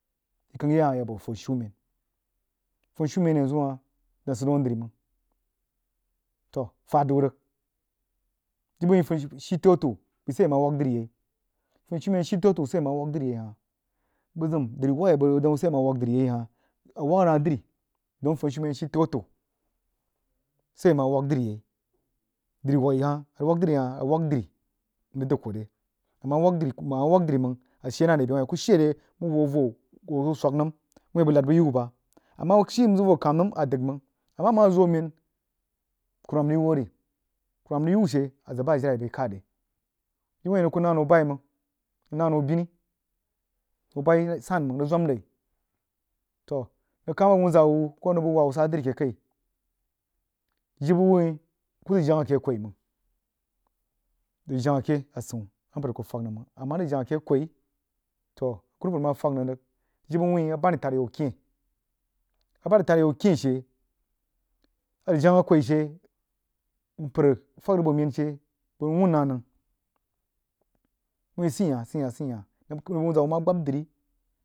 Yi kangha ya hahyayak buoh funishumen, funishumen yanzu hah dan sid daun anri məg toh fəd zu rig dibbə wain funishumen shii tau-tau sai ama wagha dri yei, funishumen shii tau-tau sai ama wagha dri yei hah, bəg zin driwagha a rig wagha dri yei hah, a wag na dri don funishumen shii tau-tau sai ama wagha dra yei dri wagha hah, a rig wagha dri hah, a waghadu ng dəgha kuh re, ama wagha dri məng a rig shii nare beh wah ni ku shii re mau huoh voh mau huoh zoo swək nəm wuin a bəg nad bai yi wuh amashii nzəg voh kam nəm a dagha məng amma ama zu ma kumman rig yii wuh ri, kurumam rig yi wah she zəg bah jire bai bai khad re, jibbə wuin a nəng kuh nahnau bayi məng nəng nahnau bini bəg bayi sanməng ng zwam nai toh nəng ku ma bəg wunza koh nəng bəng wah wah sa dri kah kai jibbə wuin kwoi jangha keh kwoi məng, zəg jangha ke asəun a mpər ku fəg nəng rig jibbə wuin abanni təd yau kyeh, abanni təd yau kyeh she mpər fəg rig buon mein she bəg weon na nəg wuin sid hah, sid hah, sid hah, nəng bəg wunza gbabodri.